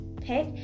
pick